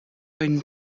une